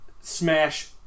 Smash